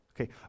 Okay